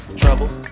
troubles